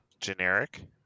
generic